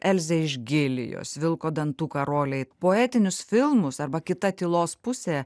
elzė iš gilijos vilko dantų karoliai poetinius filmus arba kita tylos pusė